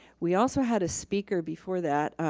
we also had a speaker before that.